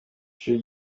ishuri